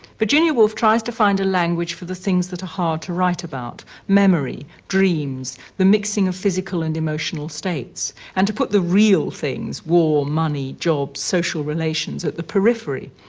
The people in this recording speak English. virginia woolf tries to find a language for the things that are hard to write about memory, dreams, the mixing of physical and emotional states and to put the real things war, money, jobs, social relations at the periphery.